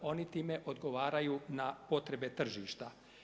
Oni time odgovaraju na potrebe tržišta.